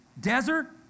desert